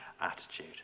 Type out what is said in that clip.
attitude